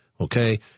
Okay